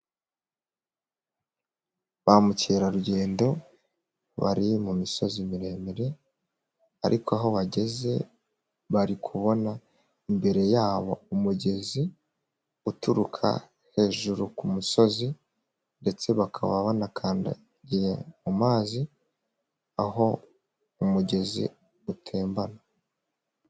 Bamukerarugendo bari mu misozi miremire ariko aho bageze bari kubona imbere yabo umugezi uturuka hejuru ku musozi ndetse bakaba banakandagiye mu mazi aho umugezi utembana.